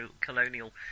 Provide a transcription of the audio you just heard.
colonial